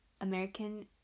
American